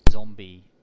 zombie